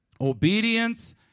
Obedience